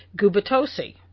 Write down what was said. Gubatosi